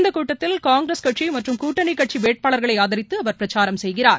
இந்தகூட்டத்தில் காங்கிரஸ் கட்சிமற்றும் கூட்டணிகட்சிவேட்பாளர்களைஆதரித்துஅவர் பிரச்சாரம் செய்கிறார்